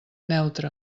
neutra